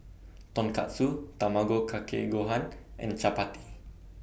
Tonkatsu Tamago Kake Gohan and Chapati